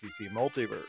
Multiverse